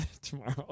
tomorrow